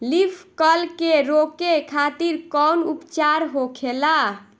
Leaf curl के रोके खातिर कउन उपचार होखेला?